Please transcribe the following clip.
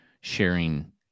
sharing